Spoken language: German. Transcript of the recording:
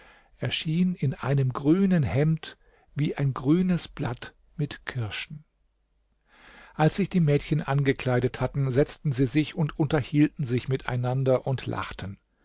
erschien in einem grünen hemd wie ein grünes blatt mit kirschen als sich die mädchen angekleidet hatten setzten sie sich unterhielten sich miteinander und lachten